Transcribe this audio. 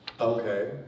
Okay